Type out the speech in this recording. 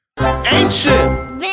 Ancient